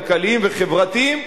כלכליים וחברתיים,